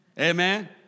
Amen